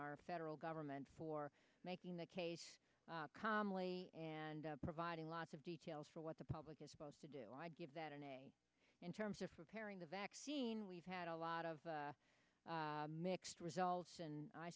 our federal government for making the case calmly and providing lots of details for what the public is supposed to do give that an a in terms of preparing the vaccine we've had a lot of mixed results and i